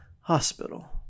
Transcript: Hospital